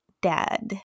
dad